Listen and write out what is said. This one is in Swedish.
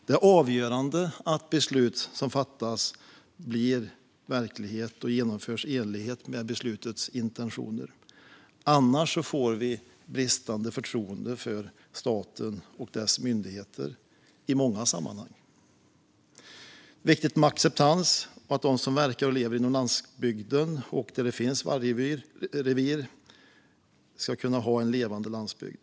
Det är avgörande att beslut som fattas blir verklighet och genomförs i enlighet med beslutets intentioner, annars får vi bristande förtroende för staten och dess myndigheter i många sammanhang. Det är viktigt med acceptans och att de som verkar och lever på landsbygden och där det finns vargrevir kan ha en levande landsbygd.